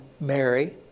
Mary